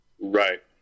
Right